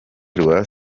rwa